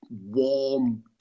warm